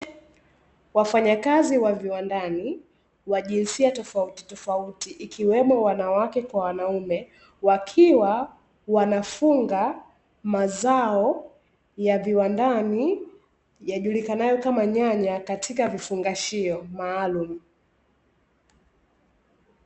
Wafanyakazi wa viwandani wa jinsia tofauti tofauti, ikiwemo wanawake kwa wanaume, wakiwa wanafunga mazao ya viwandani ya julikanayo kama nyanya katika vifungashio maalumu.